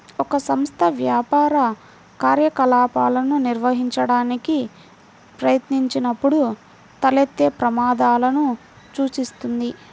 ఒక సంస్థ వ్యాపార కార్యకలాపాలను నిర్వహించడానికి ప్రయత్నించినప్పుడు తలెత్తే ప్రమాదాలను సూచిస్తుంది